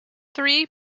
three